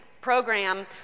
program